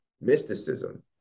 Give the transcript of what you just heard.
mysticism